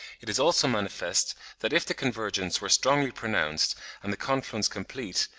it is also manifest that if the convergence were strongly pronounced and the confluence complete,